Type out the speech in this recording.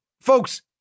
Folks